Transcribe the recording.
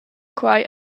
quai